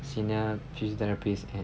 senior physiotherapist and